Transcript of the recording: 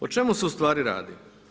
O čemu se ustvari radi?